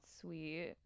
sweet